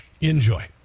Enjoy